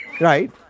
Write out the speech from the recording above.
right